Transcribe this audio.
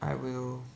I will